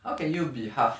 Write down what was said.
how can you be half